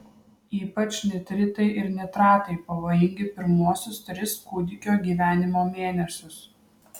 ypač nitritai ir nitratai pavojingi pirmuosius tris kūdikio gyvenimo mėnesius